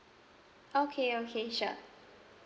okay okay sure